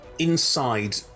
inside